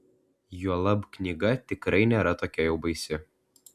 juolab knyga tikrai nėra tokia jau baisi